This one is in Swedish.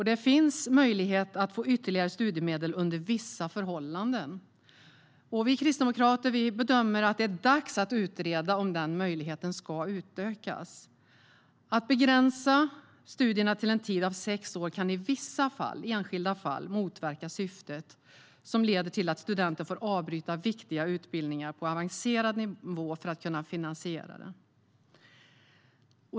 Det finns möjlighet att få ytterligare studiemedel under vissa förhållanden. Vi kristdemokrater bedömer att det är dags att utreda om den möjligheten ska utökas. Att begränsa studierna till en tid av sex år kan i vissa enskilda fall motverka syftet om det leder till att studenter får avbryta viktiga utbildningar på avancerad nivå för att de inte kan finansiera dem.